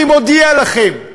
אני מודיע לכם: